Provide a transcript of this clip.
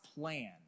plan